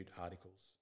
articles